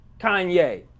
Kanye